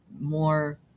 more